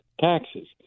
taxes